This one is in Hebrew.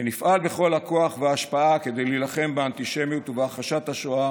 ונפעל בכל הכוח וההשפעה כדי להילחם באנטישמיות ובהכחשת השואה